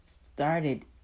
started